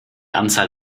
anzahl